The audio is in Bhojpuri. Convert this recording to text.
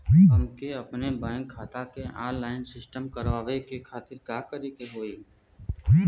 हमके अपने बैंक खाता के ऑनलाइन सिस्टम करवावे के खातिर का करे के होई?